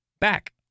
Back